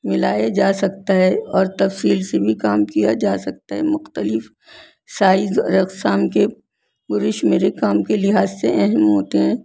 ملایا جا سکتا ہے اور تفصیل سے بھی کام کیا جا سکتا ہے مختلف سائز اور اقسام کے بورش میرے کام کے لحاظ سے اہم ہوتے ہیں